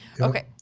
Okay